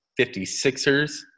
56ers